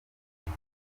abo